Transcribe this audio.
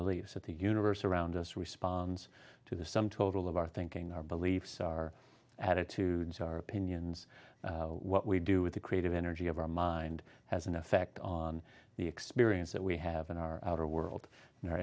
beliefs that the universe around us responds to the sum total of our thinking our beliefs our attitudes our opinions what we do with the creative energy of our mind has an effect on the experience that we have in our outer world in our